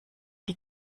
die